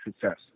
success